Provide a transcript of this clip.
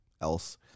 else